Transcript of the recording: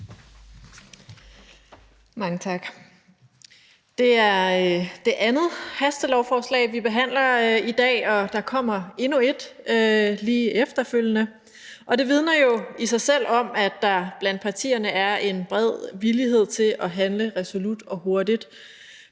Mange tak. Det er det andet hastelovforslag, vi behandler i dag, og der kommer endnu et lige efterfølgende. Det vidner jo i sig selv om, at der blandt partierne er en bred villighed til at handle resolut og hurtigt,